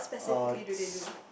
uh sp~